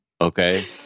Okay